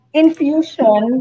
infusion